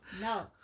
No